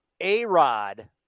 A-Rod